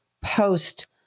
post